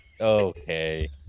Okay